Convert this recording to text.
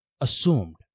assumed